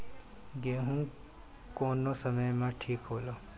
गेहू कौना समय मे ठिक होला?